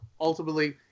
ultimately